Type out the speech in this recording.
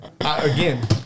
again